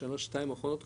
בשנה-שנתיים האחרונות,